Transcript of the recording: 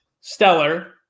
stellar